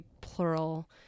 plural